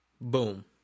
Boom